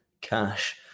cash